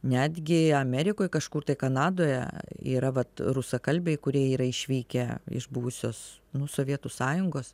netgi amerikoj kažkur tai kanadoje yra vat rusakalbiai kurie yra išvykę iš buvusios nu sovietų sąjungos